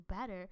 better